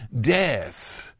Death